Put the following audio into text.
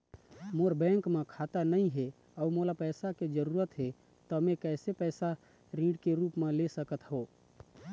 मोर bank म खाता नई हे अउ मोला पैसा के जरूरी हे त मे कैसे पैसा ऋण के रूप म ले सकत हो?